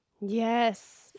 yes